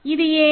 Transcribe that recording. இது ஏன்